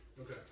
Okay